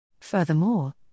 Furthermore